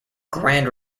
grand